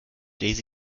lese